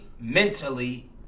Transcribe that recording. mentally